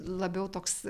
labiau toks